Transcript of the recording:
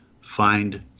find